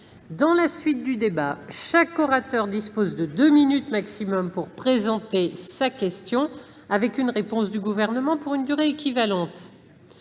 Je rappelle que chaque orateur dispose de deux minutes au maximum pour présenter sa question, avec une réponse du Gouvernement pour une durée équivalente.